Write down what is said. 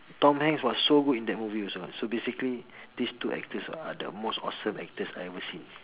Tom-Hanks was so good in that movie also so basically these two actors ah are the most awesome actors I have ever seen